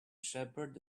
shepherd